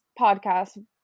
podcast